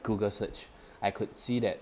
google search I could see that